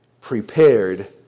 prepared